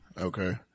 Okay